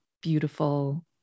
beautiful